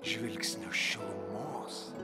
žvilgsnio šilumos